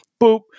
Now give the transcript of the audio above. boop